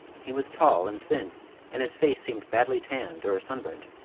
he was tall and thin and his face seemed badly tanned or sunburnt.